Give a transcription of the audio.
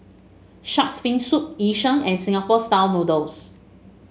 shark's fin soup Yu Sheng and Singapore style noodles